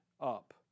up